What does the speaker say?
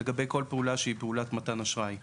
לגבי כל פעולה שהיא פעולת מתן אשראי.